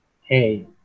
hey